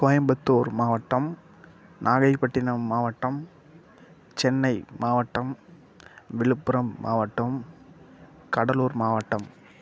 கோயம்புத்தூர் மாவட்டம் நாகப்பட்டினம் மாவட்டம் சென்னை மாவட்டம் விழுப்புரம் மாவட்டம் கடலூர் மாவட்டம்